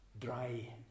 dry